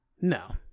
No